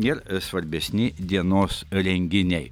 ir svarbesni dienos renginiai